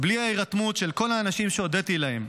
בלי ההירתמות של כל האנשים שהודיתי להם.